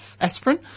aspirin